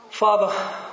Father